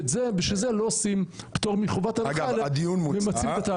ובשביל זה לא עושים פטור מחובת הנחה אלא ממצים את התהליכים.